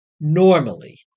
normally